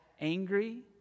angry